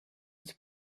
was